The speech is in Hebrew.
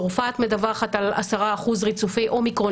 צרפת מדווחת לפחות על 10% ריצופי אומיקרון